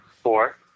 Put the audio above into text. Four